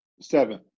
seven